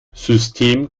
system